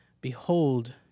Behold